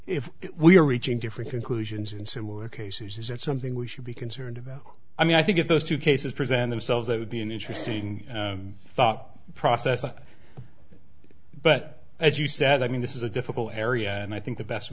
if we are reaching different conclusions in similar cases is it something we should be concerned about i mean i think if those two cases present themselves that would be an interesting thought process but as you said i mean this is a difficult area and i think the best